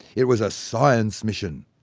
it was a science mission!